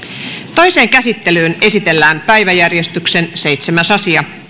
toiseen käsittelyyn esitellään päiväjärjestyksen seitsemäs asia